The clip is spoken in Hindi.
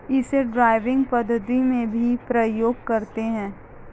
इसे ड्राइविंग पद्धति में भी प्रयोग करते हैं